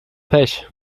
pech